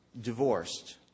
divorced